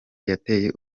yateye